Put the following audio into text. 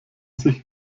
sich